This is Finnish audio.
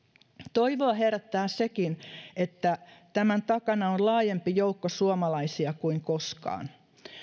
toivoa herättää sekin että tämän takana on laajempi joukko suomalaisia kuin koskaan